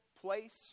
place